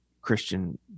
Christian